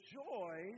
joy